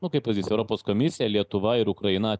nu kaip pavyzdys europos komisija lietuva ir ukraina